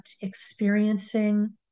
experiencing